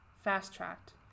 fast-tracked